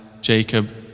Jacob